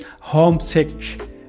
homesick